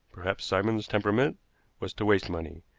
perhaps simon's temperament was to waste money,